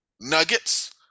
Nuggets